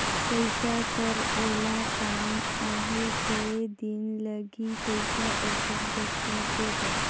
पइसा कर ओला काम आहे कये दिन लगही पइसा ओकर जग पहुंचे बर?